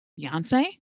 Beyonce